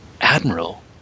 Admiral